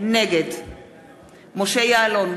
נגד משה יעלון,